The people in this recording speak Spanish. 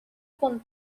con